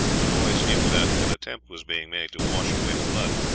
the boys knew that an attempt was being made to wash away the blood.